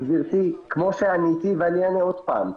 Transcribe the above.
גברתי, כמו שעניתי ואני אענה עוד פעם.